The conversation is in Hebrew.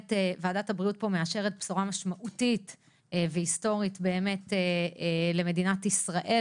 ועדת הבריאות מאשרת פה בשורה משמעותית והיסטורית למדינת ישראל